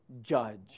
judge